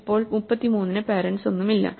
ഇപ്പോൾ 33നു പേരെന്റ്സ് ഒന്നുമില്ല